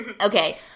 Okay